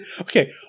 okay